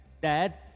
Dad